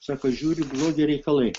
sako žiūriu blogi reikalai